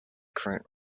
current